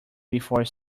before